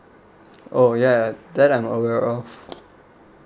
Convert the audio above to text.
oh ya ya that I'm aware of